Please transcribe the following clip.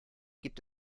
gibt